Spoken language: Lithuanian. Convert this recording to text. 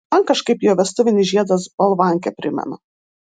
man kažkaip jo vestuvinis žiedas balvankę primena